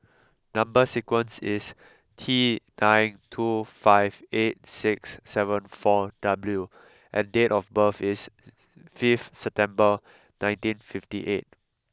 number sequence is T nine two five eight six seven four W and date of birth is fifth September nineteen fifty eight